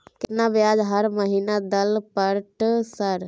केतना ब्याज हर महीना दल पर ट सर?